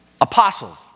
Apostle